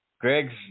Greg's